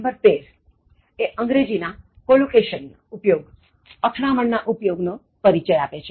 નં 13 એ અંગ્રેજી ના "Collocation ના ઉપયોગ અથડામણ નો પરિચય આપે છે